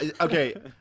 Okay